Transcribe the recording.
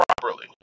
properly